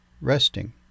resting